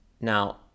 Now